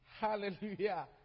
Hallelujah